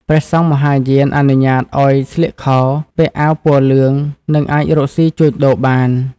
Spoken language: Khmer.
ព្រះសង្ឃមហាយានអនុញ្ញាតឱ្យស្លៀកខោ ពាក់អាវពណ៌លឿង និងអាចរកស៊ីជួញដូរបាន។